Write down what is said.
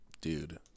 dude